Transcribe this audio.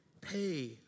pay